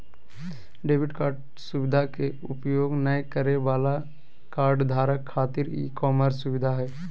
debit card सुवधा के उपयोग नय करे वाला कार्डधारक खातिर ई कॉमर्स सुविधा हइ